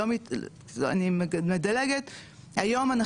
אני מדלגת היום,